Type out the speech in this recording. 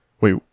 Wait